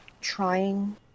trying